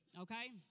okay